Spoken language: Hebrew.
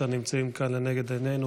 נמצאות כאן לנגד עינינו,